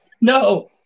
No